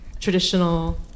traditional